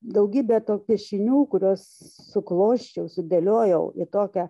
daugybė tų piešinių kuriuos suklosčiau sudėliojau į tokią